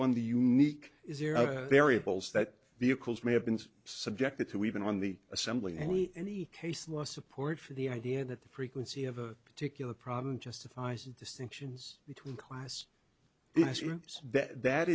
on the unique variables that vehicles may have been subjected to even on the assembly and any case less support for the idea that the frequency of a particular problem justifies distinctions between class